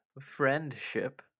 friendship